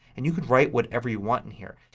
and you can write whatever you want in here.